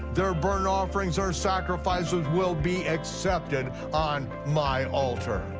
their burnt offerings or sacrifices will be accepted on my altar,